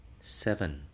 Seven